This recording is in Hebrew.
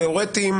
התיאורטיים.